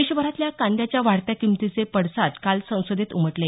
देशभरातल्या कांद्याच्या वाढत्या किंमतीचे पडसाद काल संसदेत उमटले